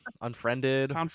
unfriended